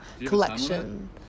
collection